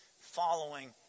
following